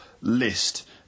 list